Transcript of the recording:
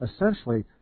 Essentially